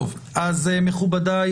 מכובדי,